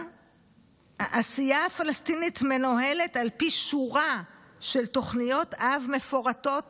"העשייה הפלסטינית מנוהלת על פי שורה של תוכניות אב מפורטות